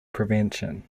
prevention